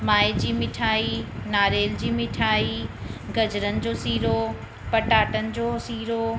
माए जी मिठाई नारेल जी मिठाई गजरनि जो सीरो पटाटनि जो सीरो